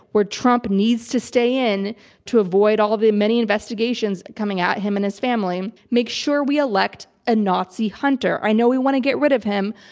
where trump needs to stay in to avoid all of the many investigations coming at him and his family, make sure we elect a nazi hunter. i know we want to get rid of him,